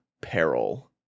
peril